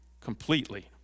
completely